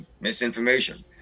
misinformation